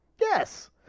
Yes